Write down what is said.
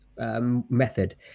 Method